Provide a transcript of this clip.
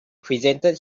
presented